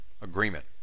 agreement